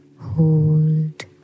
hold